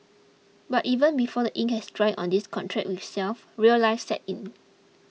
but even before the ink has dried on this contract with self real life sets in